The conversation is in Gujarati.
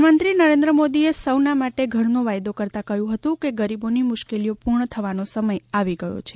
પ્રધાનમંત્રી નરેન્દ્ર મોદીએ સૌના માટે ઘરનો વાયદો કરતાં કહ્યું હતું કે ગરીબોની મુશ્કેલીઓ પૂર્ણ થવાનો સમય આવી ગયો છે